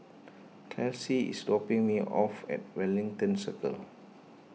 Kelsie is dropping me off at Wellington Circle